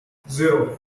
zero